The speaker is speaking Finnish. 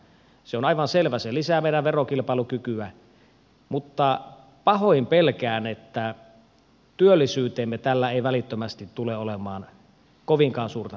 se on aivan selvä se lisää meidän verokilpailukykyämme mutta pahoin pelkään että työllisyyteemme tällä ei välittömästi tule olemaan kovinkaan suurta merkitystä